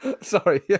Sorry